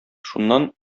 шуннан